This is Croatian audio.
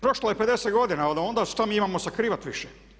Prošlo je 50 godina od onda, šta mi imamo sakrivati više.